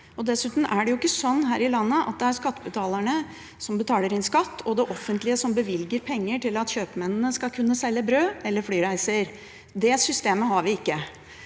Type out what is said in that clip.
Dessuten er det ikke sånn her i landet at det er skattebetalerne som betaler inn skatt, og det offentlige som bevilger penger til at kjøpmennene skal kunne selge brød – eller flyreiser. Det systemet har vi ikke.